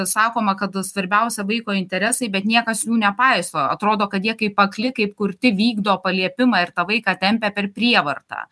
sakoma kad svarbiausia vaiko interesai bet niekas jų nepaiso atrodo kad jie kaip akli kaip kurti vykdo paliepimą ir tą vaiką tempia per prievartą